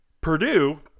Purdue